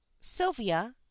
Sylvia